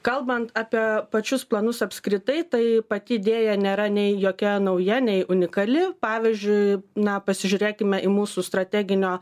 kalbant apie pačius planus apskritai tai pati idėja nėra nei jokia nauja nei unikali pavyzdžiui na pasižiūrėkime į mūsų strateginio